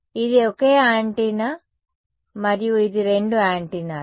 కాబట్టి ఇది ఒకే యాంటెన్నా మరియు ఇది రెండు యాంటెన్నాలు